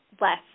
less